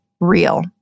real